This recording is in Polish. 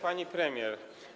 Pani Premier!